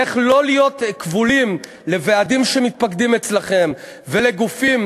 איך לא להיות כבולים לוועדים שמתפקדים אצלכם ולגופים